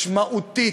משמעותית,